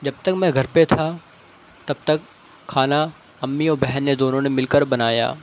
جب تک میں گھر پہ تھا تب تک کھانا امی اور بہنیں دونوں نے مل کر بنایا